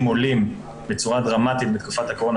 עולים בצורה דרמטית בתקופת הקורונה,